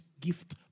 gift